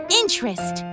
interest